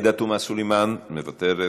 מוותרת, עאידה תומא סלימאן, מוותרת,